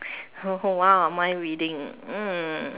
oh !wow! mind reading mm